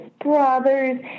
brothers